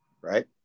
right